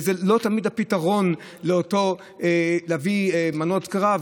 וזה לא תמיד הפתרון להביא מנות קרב